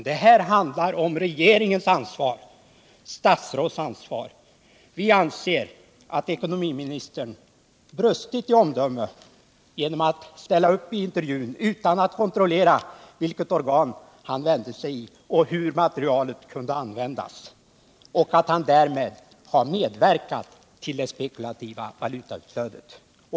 Det här handlar om statsrådsansvaret. Vi anser att ekonomiministern brustit i omdöme genom att ställa upp i intervjun utan att kontrollera vilket organ han uttalade sig i och hur materialet kunde användas, och att han därmed har medverkat till det spekulativa valutautflödet.